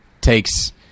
takes